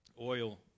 oil